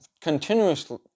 continuously